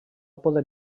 poder